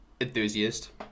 enthusiast